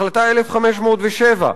החלטה 1507,